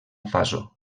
faso